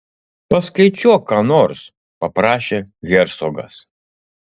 paskaičiuok ką nors paprašė hercogas